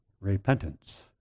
repentance